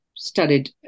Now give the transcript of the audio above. studied